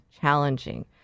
challenging